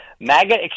MAGA